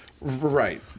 Right